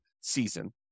season